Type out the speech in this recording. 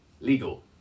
Legal